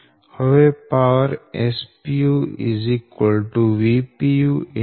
હવે power Spu Vpu